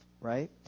right